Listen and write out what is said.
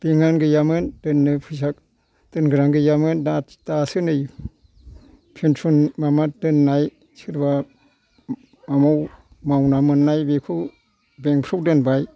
bank आनो गैयामोन दोननो फैसा दोनग्रायानो गैयामोन दासो नै फेनसन माबा दोननाय सोरबा माबा मावना मोननाय बेखौ बेंक फ्राव दोनबाय